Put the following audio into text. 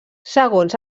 segons